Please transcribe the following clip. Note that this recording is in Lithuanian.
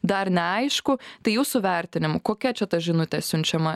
dar neaišku tai jūsų vertinimu kokia čia ta žinute siunčiama